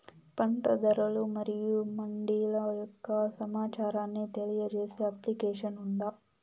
పంట ధరలు మరియు మండీల యొక్క సమాచారాన్ని తెలియజేసే అప్లికేషన్ ఉందా?